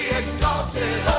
exalted